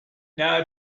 now